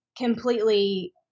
completely